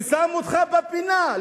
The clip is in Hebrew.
ושמו אותך בפינה,